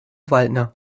waldner